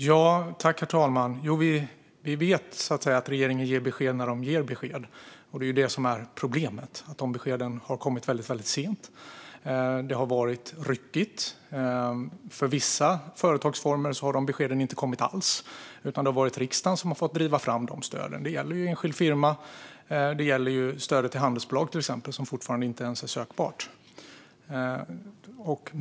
Herr talman! Vi vet att regeringen ger besked när den ger besked. Det är det som är problemet. De beskeden har kommit väldigt sent. Det har varit ryckigt. För vissa företagsformer har beskeden inte kommit alls, utan det har varit riksdagen som har fått driva fram stöden. Det gäller enskild firma och stödet till handelsbolag, till exempel, som inte ens är sökbart.